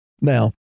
Now